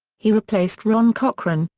he replaced ron cochran,